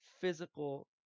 physical